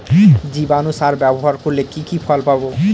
জীবাণু সার ব্যাবহার করলে কি কি ফল পাবো?